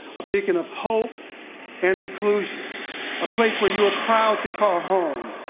a beacon of hope and inclusion a place where you are proud to call home,